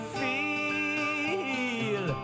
feel